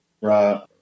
Right